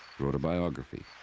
wrote a biography.